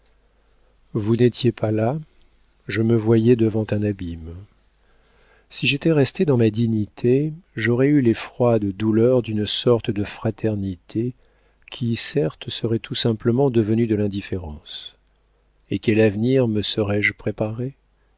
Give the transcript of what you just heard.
vous n'étiez pas là je me voyais devant un abîme si j'étais restée dans ma dignité j'aurais eu les froides douleurs d'une sorte de fraternité qui certes serait tout simplement devenue de l'indifférence et quel avenir me serais-je préparé